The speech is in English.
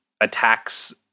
attacks